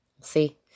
See